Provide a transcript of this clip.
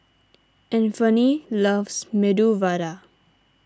Anfernee loves Medu Vada